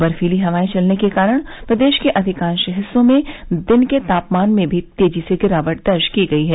बर्फीली हवाएं चलने के कारण प्रदेश के अधिकांश हिस्सों में दिन के तापमान में भी तेजी से गिरावट दर्ज की गयी है